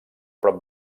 prop